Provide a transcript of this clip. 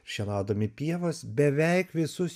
šienaudami pievas beveik visus